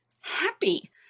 happy